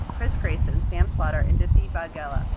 chris greacen, sam slaughter and dipti vaghela,